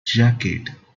jacket